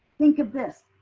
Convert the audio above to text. think of this.